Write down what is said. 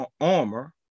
armor